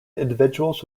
individuals